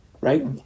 right